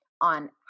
on